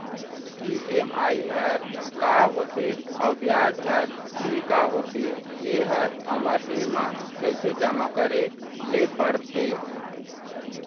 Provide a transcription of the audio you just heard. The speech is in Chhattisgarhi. ई.एम.आई हर का होथे अऊ ब्याज हर भी का होथे ये हर हमर ऋण मा कैसे जमा करे ले पड़ते?